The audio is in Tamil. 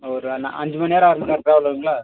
ஒரு நான் அஞ்சு மணிநேரம் ஆகுங்களா ட்ராவல் வருங்களா